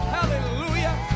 Hallelujah